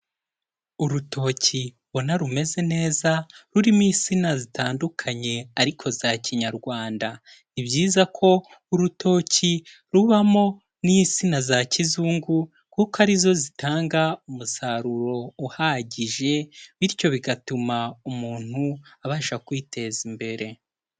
Urutoki ubona rumeze neza rurimo insina zitandukanye ariko za kinyarwanda, ni byiza ko urutoki rubamo n'insina za kizungu kuko ari zo zitanga umusaruro uhagije bityo bigatuma umuntu abasha kwiteza imbere.